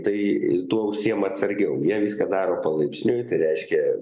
tai tuo užsiima atsargiau jie viską daro palaipsniui tai reiškia